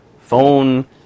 phone